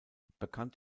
bekannt